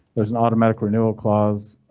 there's an automatic renewal clause